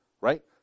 Right